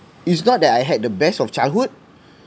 it's not that I had the best of childhood